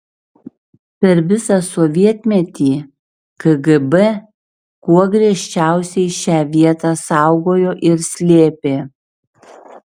per visą sovietmetį kgb kuo griežčiausiai šią vietą saugojo ir slėpė